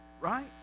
right